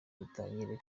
dutangire